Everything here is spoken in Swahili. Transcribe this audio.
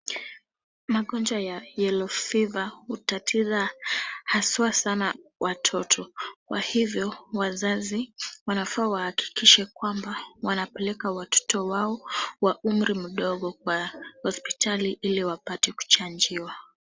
Magonjwa ya yellow fever hutatiza sana haswa watoto, kwa hivyo wazazi wanafaa kuhakikisha kwamba wanapeleka watoto wao wa umri mdogo kwa hospitali ili wapate kuchanjiwa.